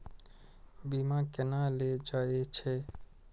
बीमा केना ले जाए छे?